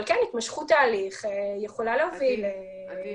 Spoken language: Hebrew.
אבל כן, התמשכות ההליך יכולה להוביל למעבר